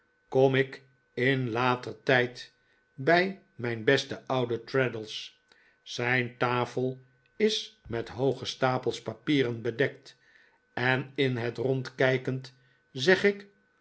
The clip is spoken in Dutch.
kom ik in later tijd bij mijn besten ouden traddles zijn tafel is met hooge stapels papieren bedekt en in het rond kijkend zegik